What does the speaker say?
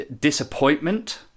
Disappointment